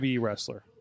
wrestler